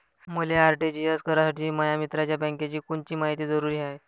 मले आर.टी.जी.एस करासाठी माया मित्राच्या बँकेची कोनची मायती जरुरी हाय?